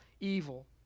evil